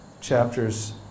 chapters